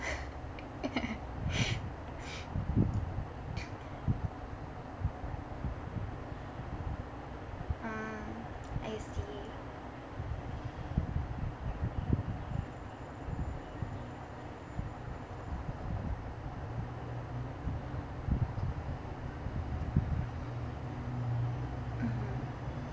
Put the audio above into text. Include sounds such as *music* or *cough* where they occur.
*laughs* mm I see